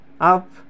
up